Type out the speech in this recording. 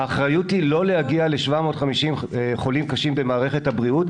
האחריות היא לא להגיע ל-750 חולים קשים במערכת הבריאות.